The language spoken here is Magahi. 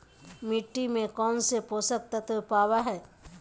मिट्टी में कौन से पोषक तत्व पावय हैय?